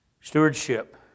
stewardship